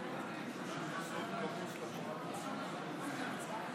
55. לפיכך, הצעת האי-אמון לא התקבלה.